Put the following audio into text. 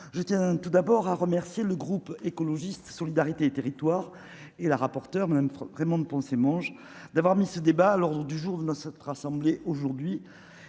je tiens tout d'abord à remercier le groupe écologiste solidarité territoires et la rapporteure, Madame Raymonde Poncet mange d'avoir mis ce débat à l'ordre du jour ne souhaite rassembler aujourd'hui